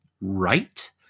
right